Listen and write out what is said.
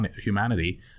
humanity